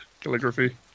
calligraphy